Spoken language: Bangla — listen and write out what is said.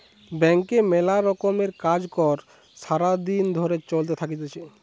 ব্যাংকে মেলা রকমের কাজ কর্ সারা দিন ধরে চলতে থাকতিছে